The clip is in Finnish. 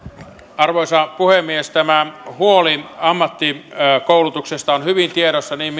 arvoisa puhemies tämä huoli ammattikoulutuksesta on hyvin tiedossa niin